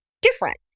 different